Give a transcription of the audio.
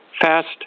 fast